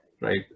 right